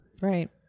right